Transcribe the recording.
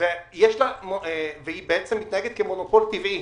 היא מתנהגת כמונופול טבעי.